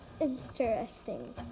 interesting